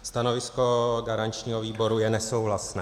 Stanovisko garančního výboru je nesouhlasné.